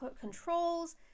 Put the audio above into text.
controls